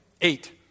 Eight